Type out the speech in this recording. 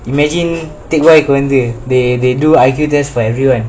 imagine திக்கு வாய்க்கு வந்து:thikku vaayku vanthu they they do I Q test for everyone